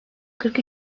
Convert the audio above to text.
kırk